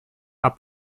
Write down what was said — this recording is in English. are